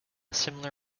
similar